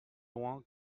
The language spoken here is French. loin